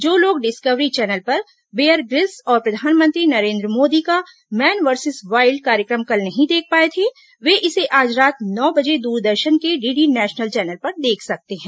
जो लोग Discovery Channel पर बेयर ग्रिल्स और प्रधानमंत्री नरेंद्र मोदी का मैन वर्सिस वाइल्ड कार्यक्रम कल नहीं देख पाए थे वे इसे आज रात नौ बजे दूरदर्शन के डीडी नेशनल चैनल पर देख सकते हैं